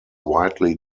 widely